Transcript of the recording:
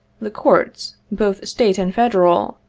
the courts, both state and federal,